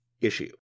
issue